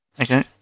Okay